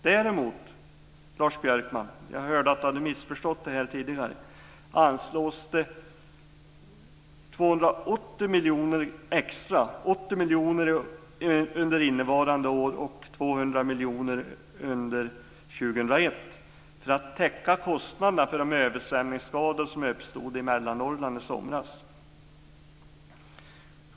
Dessutom vill jag säga till Lars Björkman, som jag hörde hade missförstått det här tidigare, att det anslås 280 miljoner kronor extra, 80 miljoner under innevarande år och 200 miljoner under 2001, för att täcka kostnaderna för de översvämningsskador som uppstod i Mellannorrland i somras.